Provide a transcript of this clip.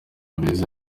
beza